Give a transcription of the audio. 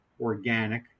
organic